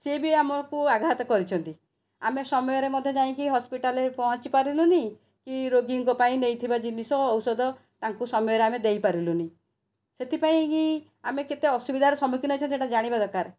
ସିଏ ବି ଆମକୁ ଆଘାତ କରିଛନ୍ତି ଆମେ ସମୟରେ ମଧ୍ୟ ଯାଇକି ହସ୍ପିଟାଲରେ ପହଞ୍ଚି ପାରିଲୁନି କି ରୋଗୀଙ୍କପାଇଁ ନେଇଥିବା ଜିନିଷ ଔଷଧ ତାଙ୍କୁ ସମୟରେ ଆମେ ଦେଇପାରିଲୁନି ସେଥିପାଇଁ କି ଆମେ କେତେ ଅସୁବିଧାର ସମ୍ମୁଖୀନ ହେଉଛୁ ସେଇଟା ଜାଣିବା ଦରକାର